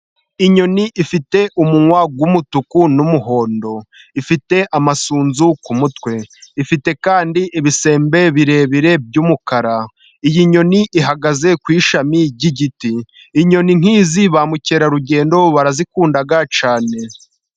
Inyoni ifite umunwa w'umutuku n'umuhondo. Ifite amasunzu ku mutwe. Ifite kandi ibisembe birebire by'umukara. Iyi nyoni ihagaze ku ishami ry'igiti. Inyoni nk'izi bamukerarugendo barazikunda cyane.